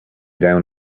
down